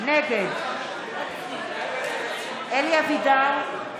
נגד אלי אבידר,